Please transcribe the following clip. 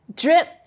drip